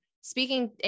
speaking